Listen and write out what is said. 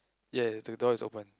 ya ya the door is open